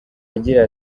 agira